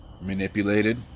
manipulated